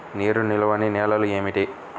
నీరు నిలువని నేలలు ఏమిటి?